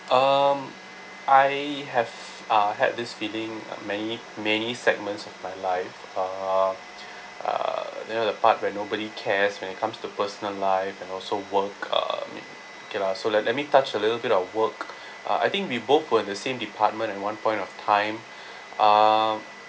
um I have uh had this feeling many many segments of my life um uh there were the part where nobody cares when it comes to personal life and also work um okay lah so let let me touch a little bit of work uh I think we both were the same department at one point of time um